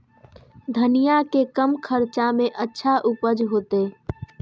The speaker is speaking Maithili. धनिया के कम खर्चा में अच्छा उपज होते?